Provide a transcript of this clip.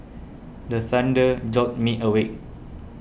the thunder jolt me awake